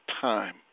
time